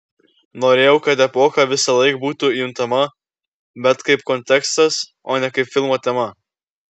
norėjau kad epocha visąlaik būtų juntama bet kaip kontekstas o ne kaip filmo tema